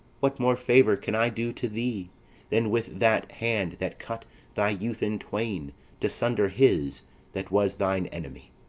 what more favour can i do to thee than with that hand that cut thy youth in twain to sunder his that was thine enemy?